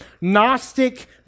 Gnostic